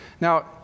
Now